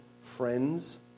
friends